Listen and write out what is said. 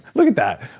look at that.